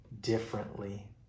differently